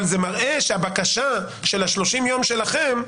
אבל זה מראה שהבקשה של 30 יום שלכם,